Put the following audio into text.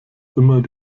immer